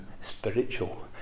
spiritual